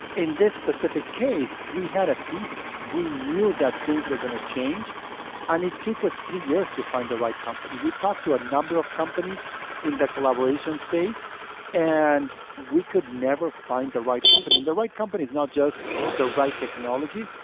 in this specific case, we had a thesis. we knew that things weaeurre going to change and it took us three years to find the right company. we talked to a number of companies in the collaboration space and we could never find the right company. and the right company is not just the right technology,